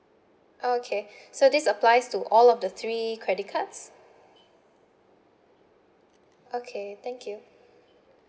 okay so this applies to all of the three credit cards okay thank you